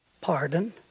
pardon